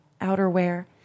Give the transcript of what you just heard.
outerwear